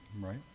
right